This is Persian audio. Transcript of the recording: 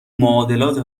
معادلات